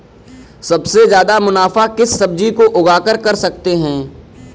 सबसे ज्यादा मुनाफा किस सब्जी को उगाकर कर सकते हैं?